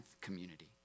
community